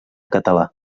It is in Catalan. català